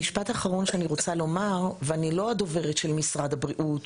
אני לא הדוברת של משרד הבריאות,